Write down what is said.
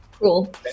Cool